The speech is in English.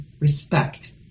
respect